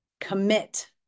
commit